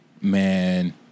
Man